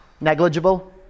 Negligible